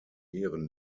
ihren